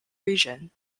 region